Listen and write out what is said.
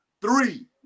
Three